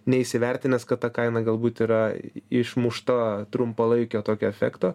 neįsivertinęs kad ta kaina galbūt yra išmušta trumpalaikio tokio efekto